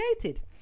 created